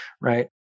right